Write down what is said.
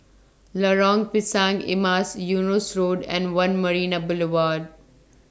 Lorong Pisang Emas Eunos Road and one Marina Boulevard